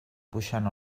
puixant